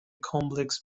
complex